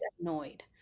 annoyed